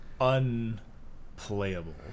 unplayable